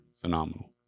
phenomenal